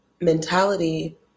mentality